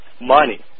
money